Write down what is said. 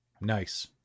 nice